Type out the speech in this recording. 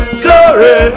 glory